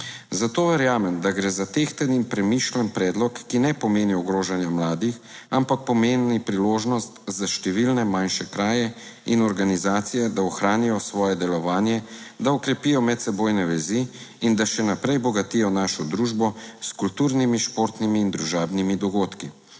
Zato verjamem, da gre za tehten in premišljen predlog, ki ne pomeni ogrožanja mladih, ampak pomeni priložnost za številne manjše kraje in organizacije, da ohranijo svoje delovanje, da okrepijo medsebojne vezi in da še naprej bogatijo našo družbo s kulturnimi, športnimi in družabnimi dogodki.